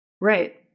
Right